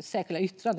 särskilda yttrande.